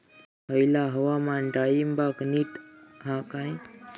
हयला हवामान डाळींबाक नीट हा काय?